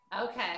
Okay